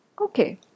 Okay